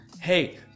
Hey